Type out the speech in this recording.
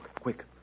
quick